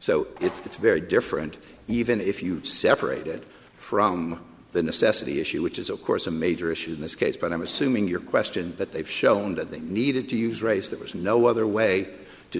so it's very different even if you separate it from the necessity issue which is of course a major issue in this case but i'm assuming your question that they've shown that they needed to use race that was no other way to